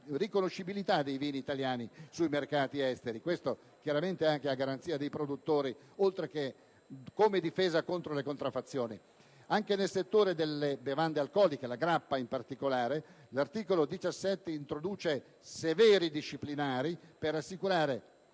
riconoscibilità dei vini italiani sui mercati esteri. Ciò a garanzia dei produttori, oltre che come difesa contro le contraffazioni. Anche nel settore delle bevande alcoliche, della grappa in particolare, l'articolo 17 introduce severi disciplinari per assicurare